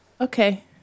Okay